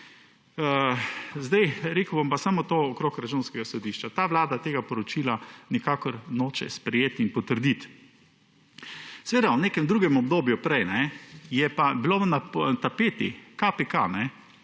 Rekel bom pa samo to okrog Računskega sodišča. Ta vlada tega poročila nikakor noče sprejeti in potrditi. V nekem drugem obdobju prej je pa bil na tapeti KPK,